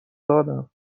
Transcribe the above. دادم